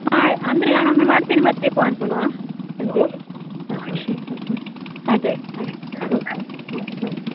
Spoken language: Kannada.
ನಾಳೆ ಅಂದರೆ ನಾನೊಮ್ಮೆ ಮಾಡ್ತೇನೆ ಮತ್ತೆ ಫೋನ್ ಪುನಃ ಸಂಜೆ ಹ್ಞೂ ಹ್ಞೂ ಹ್ಞೂ ಆಯ್ತು ಆಯ್ತು ಆಯ್ತು ಹ್ಞೂ ಹ್ಞೂ ಹ್ಞೂ ಹ್ಞೂ